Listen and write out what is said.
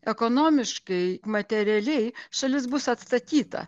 ekonomiškai materialiai šalis bus atstatyta